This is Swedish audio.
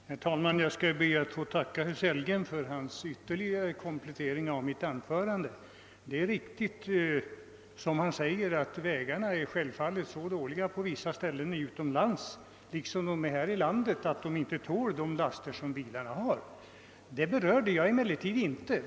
Herr talman! Jag skall be att få tacka herr Sellgren för hans ytterligare kommentering av mitt anförande. Det är alldeles riktigt som han säger, att vägarna är dåliga på vissa ställen utomlands liksom de är på vissa ställen här i landet, så att de inte tål de tunga laster som bilarna för med sig. Detta förhållande berörde jag emellertid inte.